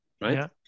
right